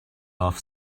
off